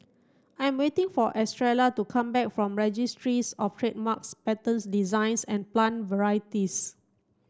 I am waiting for Estrella to come back from Registries Of Trademarks Patents Designs and Plant Varieties